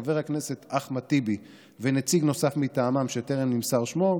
חבר הכנסת אחמד טיבי ונציג נוסף מטעמם שטרם נמסר שמו,